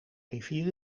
rivier